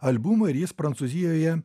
albumų ir jis prancūzijoje